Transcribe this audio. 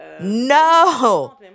No